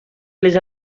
les